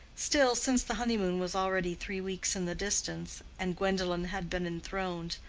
still, since the honeymoon was already three weeks in the distance, and gwendolen had been enthroned,